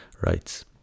rights